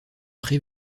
pré